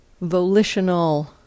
volitional